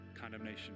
condemnation